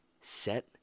Set